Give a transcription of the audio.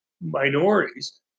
minorities